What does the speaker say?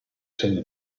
segno